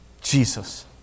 Jesus